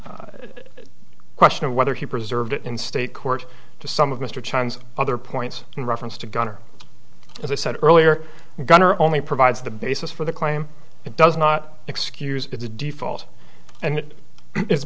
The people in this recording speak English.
question of whether he preserved it in state court to some of mr chen's other points in reference to gunner as i said earlier gunner only provides the basis for the claim it does not excuse the default and it